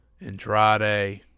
Andrade